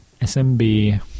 SMB